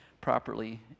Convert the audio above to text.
properly